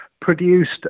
produced